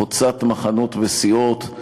חוצת מחנות וסיעות,